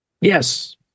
Yes